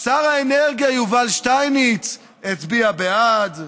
שר האנרגיה יובל שטייניץ הצביע בעד,